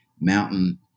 mountain